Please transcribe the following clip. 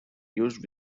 used